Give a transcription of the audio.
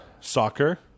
soccer